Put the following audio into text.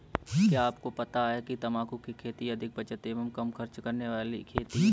क्या आपको पता है तम्बाकू की खेती अधिक बचत एवं कम खर्च वाली खेती है?